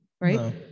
Right